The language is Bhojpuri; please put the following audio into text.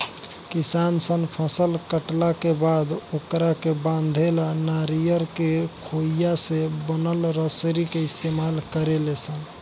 किसान सन फसल काटला के बाद ओकरा के बांधे ला नरियर के खोइया से बनल रसरी के इस्तमाल करेले सन